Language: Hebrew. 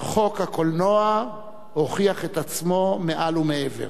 חוק הקולנוע הוכיח את עצמו מעל ומעבר.